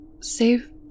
save